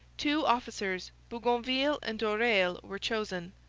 two officers, bougainville and doreil, were chosen.